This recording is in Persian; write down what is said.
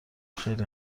خیلی